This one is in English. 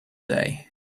day